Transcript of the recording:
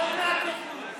אין להן כשרות.